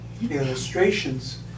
illustrations